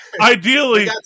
ideally